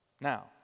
Now